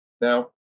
Now